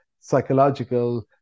psychological